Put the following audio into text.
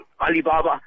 alibaba